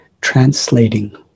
translating